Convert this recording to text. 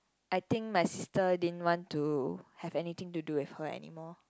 I think my sister didn't want to have anything to do with her anymore